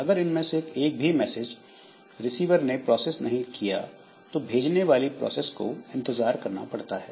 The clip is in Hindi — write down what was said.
अगर इनमें से एक भी मैसेज रिसीवर प्रोसेस ने नहीं लिया तो भेजने वाली प्रोसेस को इंतजार करना पड़ता है